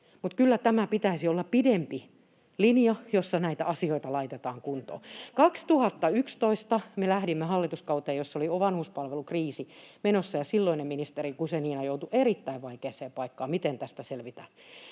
mutta kyllä tämän pitäisi olla pidempi linja, jossa näitä asioita laitetaan kuntoon. Vuonna 2011 me lähdimme hallituskauteen, jossa oli jo vanhuspalvelukriisi menossa, ja silloinen ministeri Guzenina joutui erittäin vaikeaan paikkaan siinä, miten siitä selvitään.